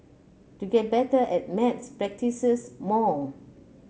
to get better at maths practises more